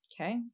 Okay